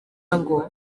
ngo